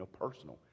personal